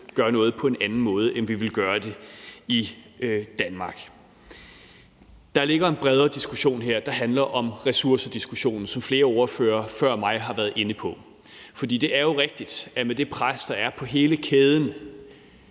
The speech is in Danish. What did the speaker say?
gør noget på en anden måde, end vi ville gøre det i Danmark. Der ligger her en bredere diskussion, der handler om ressourcer, som flere andre ordførere før mig også har været inde på. For det er jo rigtigt, at man med det pres, der er på hele kæden,